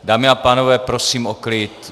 Dámy a pánové, prosím o klid!